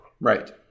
right